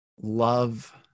love